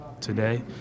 today